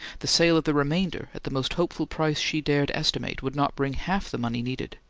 the sale of the remainder at the most hopeful price she dared estimate would not bring half the money needed,